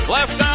Left